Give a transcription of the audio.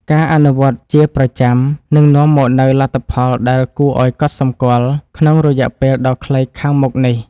ការអនុវត្តជាប្រចាំនឹងនាំមកនូវលទ្ធផលដែលគួរឱ្យកត់សម្គាល់ក្នុងរយៈពេលដ៏ខ្លីខាងមុខនេះ។